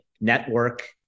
network